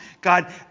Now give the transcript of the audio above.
God